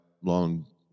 long